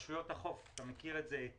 רשויות החוף, אתה מכיר את זה היטב,